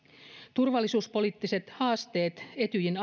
turvallisuuspoliittiset haasteet etyjin